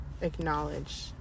acknowledge